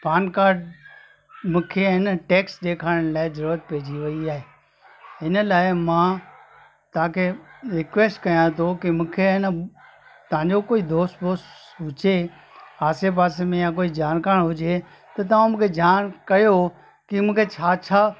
पान card मूंखे आहे न टैक्स ॾेखारण लाइ ज़रूरत पहिजी वई आहे हिन लाइ मां तव्हांखे रिक्वैस्ट कयां थो की मूंखे आहे न तव्हांजो कोई दोस्त वोस्त हुजे आसे पासे में या कोई जानकार हुजे त तव्हां मूंखे ॼाण कयो की मूंखे छा छा